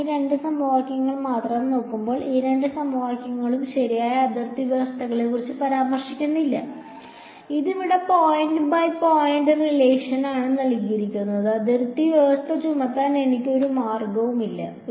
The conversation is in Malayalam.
ഞാൻ ഈ രണ്ട് സമവാക്യങ്ങൾ മാത്രം നോക്കുമ്പോൾ ഈ രണ്ട് സമവാക്യങ്ങളും ശരിയായ അതിർത്തി വ്യവസ്ഥകളെക്കുറിച്ച് പരാമർശിക്കുന്നില്ല ഇത് ഇവിടെ പോയിന്റ് ബൈ പോയിന്റ് റിലേഷൻ ആണ് അതിർത്തി വ്യവസ്ഥ ചുമത്താൻ എനിക്ക് ഒരു മാർഗവുമില്ല